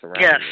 Yes